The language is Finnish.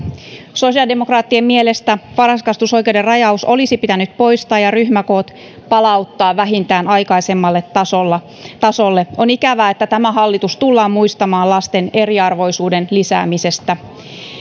sosiaalidemokraattien mielestä varhaiskasvatusoikeuden rajaus olisi pitänyt poistaa ja ryhmäkoot palauttaa vähintään aikaisemmalle tasolle on ikävää että tämä hallitus tullaan muistamaan lasten eriarvoisuuden lisäämisestä